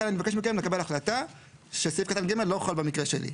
לכן אני מבקש מכם לקבל החלטה שסעיף קטן (ג) לא חל במקרה שלי.